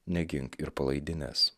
negink ir palaidinės